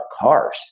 cars